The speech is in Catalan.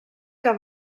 que